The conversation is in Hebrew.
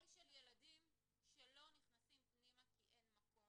של ילדים שלא נכנסים פנימה כי אין מקום